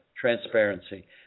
transparency